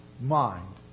Mind